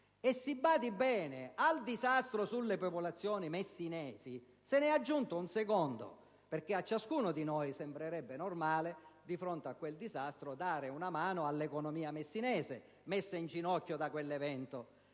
Si badi bene, al disastro per le popolazioni messinesi se ne è aggiunto un secondo: a ciascuno di noi sembrerebbe normale, di fronte ad un simile disastro, dare una mano all'economia messinese messa in ginocchio da quell'evento.